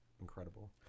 incredible